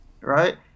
Right